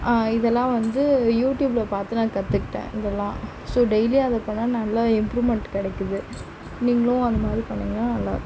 இதெலாம் வந்து யூடியூபில் பார்த்து நான் கற்றுக்கிட்டேன் இதெலாம் ஸோ டெய்லியும் அதை பண்ணால் நல்ல இப்ரூமென்ட் கிடைக்கிது நீங்களும் அந்த மாதிரி பண்ணிங்கனா நல்லாயிருக்கும்